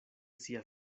sia